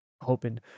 hoping